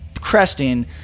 cresting